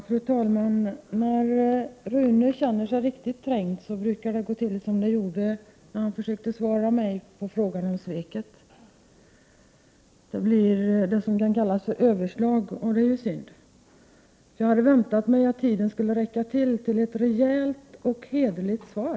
Fru talman! När Rune Johansson känner sig riktigt trängd brukar det gå till som det gjorde när han försökte svara på min fråga om sveket. Det blir något som kan kallas för överslag, och det är ju synd. Jag hade väntat mig att tiden skulle medge ett rejält och hederligt svar.